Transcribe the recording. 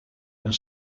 een